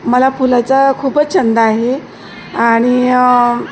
मला फुलाचा खूपच छंद आहे आणि